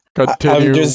continue